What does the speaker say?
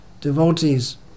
devotees